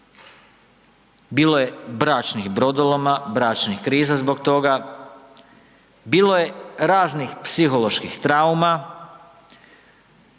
bilo je bračnih brodoloma, bračnih kriza zbog toga, bilo je raznih psiholoških trauma,